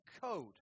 code